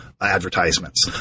advertisements